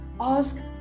ask